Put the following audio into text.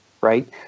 right